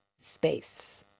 space